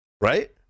right